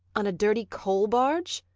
on a dirty coal barge!